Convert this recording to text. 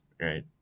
right